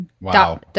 Wow